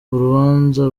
urubanza